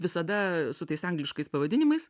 visada su tais angliškais pavadinimais